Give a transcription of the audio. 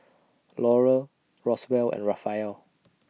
Laurel Roswell and Raphael